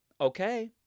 okay